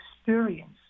experience